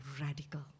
radical